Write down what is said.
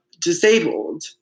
disabled